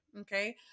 okay